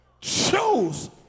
chose